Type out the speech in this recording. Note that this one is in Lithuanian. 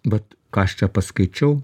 bet ką aš čia paskaičiau